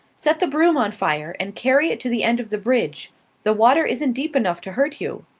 set the broom on fire and carry it to the end of the bridge the water isn't deep enough to hurt you.